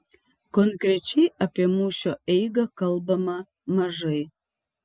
konkrečiai apie mūšio eigą kalbama mažai